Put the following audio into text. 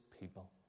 people